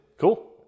Cool